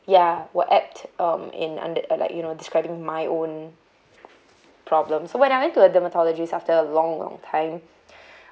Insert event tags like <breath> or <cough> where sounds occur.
ya were apt um in under or like you know describing my own problems so when I went to a dermatologist after a long long time <breath>